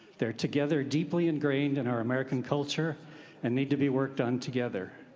they're together deeply ingrained in our american culture and need to be worked on together.